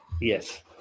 yes